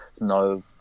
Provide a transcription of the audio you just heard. no